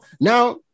now